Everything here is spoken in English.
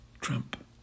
Trump